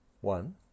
one